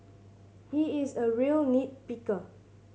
he is a real nit picker